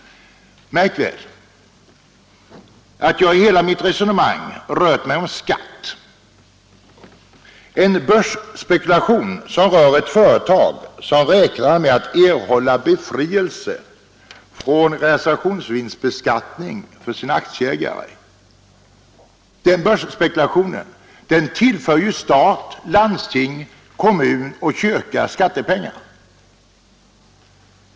Märk väl att jag i hela mitt resonemang talat om skatt. En börsspekulation som rör ett företag som räknar med att erhålla befrielse från realisationsvinstbeskattning för sina aktieägare tillför stat, landsting, kommun och kyrka skattepengar.